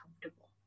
comfortable